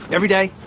every day,